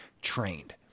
trained